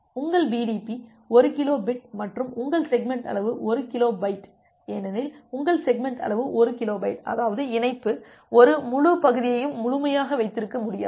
உங்கள் PDP 1 kilo bit மற்றும் உங்கள் செக்மெண்ட் அளவு 1 கிலோபைட் ஏனெனில் உங்கள் செக்மெண்ட் அளவு ஒரு கிலோபைட் அதாவது இணைப்பு ஒரு முழு பகுதியையும் முழுமையாக வைத்திருக்க முடியாது